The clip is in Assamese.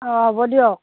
অ হ'ব দিয়ক